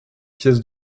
pièces